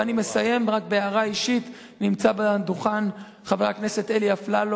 ואני מסיים רק בהערה אישית: נמצא על הדוכן חבר הכנסת אלי אפללו,